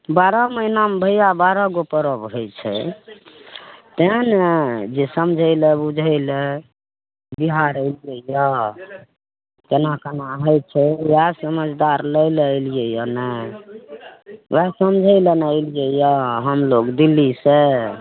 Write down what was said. बारह महिनामे भइआ बारह गो परब होइ छै तेँ ने जे समझैलए बुझैलए बिहार अएलिए यऽ कोना कोना होइ छै वएह समझदार लै ले अएलिए यऽ ने वएह समझैलए ने अएलिए यऽ हमलोक दिल्लीसे